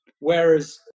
Whereas